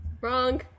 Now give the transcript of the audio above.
Wrong